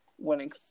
winning